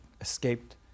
escaped